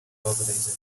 globalisation